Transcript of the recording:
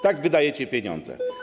Tak wydajecie pieniądze.